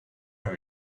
with